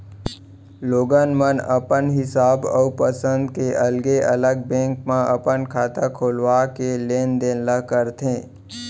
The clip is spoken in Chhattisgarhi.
लोगन मन अपन हिसाब अउ पंसद के अलगे अलग बेंक म अपन खाता खोलवा के लेन देन ल करथे